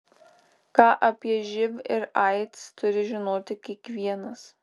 ką apie živ ir aids turi žinoti kiekvienas